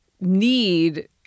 need